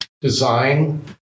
design